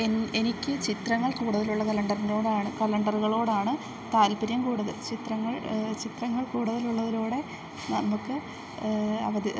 എനിക്ക് ചിത്രങ്ങൾ കൂടുതലുള്ള കലണ്ടറിനോടാണ് കലണ്ടറുകളോടാണ് താല്പര്യം കൂടുതൽ ചിത്രങ്ങൾ ചിത്രങ്ങൾ കൂടുതലുള്ളവരോട് നമുക്ക് അവധി